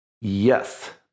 yes